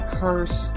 curse